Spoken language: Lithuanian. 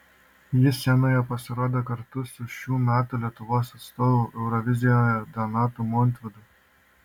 ji scenoje pasirodė kartu su šių metų lietuvos atstovu eurovizijoje donatu montvydu